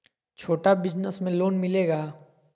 छोटा बिजनस में लोन मिलेगा?